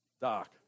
Doc